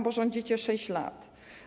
Bo rządzicie 6 lat.